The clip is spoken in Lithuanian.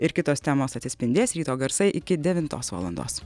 ir kitos temos atsispindės ryto garsai iki devintos valandos